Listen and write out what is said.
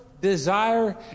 desire